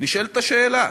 נשאלת השאלה: